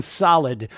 solid